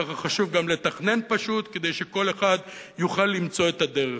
ככה חשוב גם לתכנן פשוט כדי שכל אחד יוכל למצוא את הדרך.